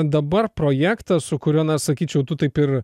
dabar projektas su kuriuo na sakyčiau tu taip ir